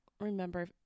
remember